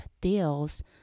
deals